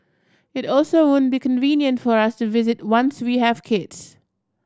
it also won't be convenient for us to visit once we have kids